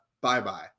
Bye-bye